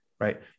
Right